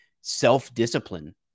self-discipline